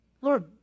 Lord